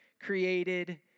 created